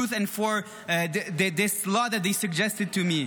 and for this law that they suggested to me.